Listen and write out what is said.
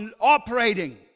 operating